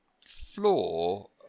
floor